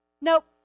Nope